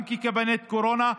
גם כקבינט קורונה,